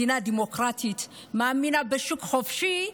מדינה דמוקרטית ומאמינה בשוק חופשי,